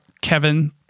Kevin